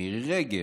מירי רגב.